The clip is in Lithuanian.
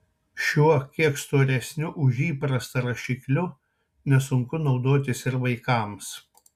šiuo kiek storesniu už įprastą rašikliu nesunku naudotis ir vaikams